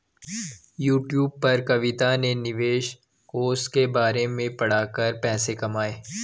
YouTube पर कविता ने निवेश कोष के बारे में पढ़ा कर पैसे कमाए